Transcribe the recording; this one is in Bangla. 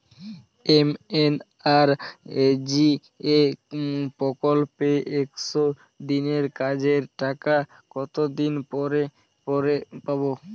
এম.এন.আর.ই.জি.এ প্রকল্পে একশ দিনের কাজের টাকা কতদিন পরে পরে পাব?